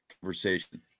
conversation